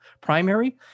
primary